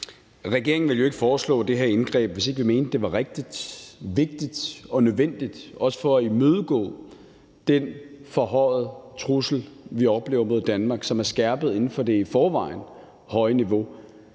Regeringen ville jo ikke foreslå det her indgreb, hvis ikke vi mente, det var rigtigt, vigtigt og nødvendigt, også for at imødegå den forhøjede trussel, vi oplever mod Danmark, og som er skærpet inden for det i forvejen høje niveau.